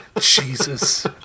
Jesus